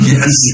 Yes